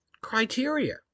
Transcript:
criteria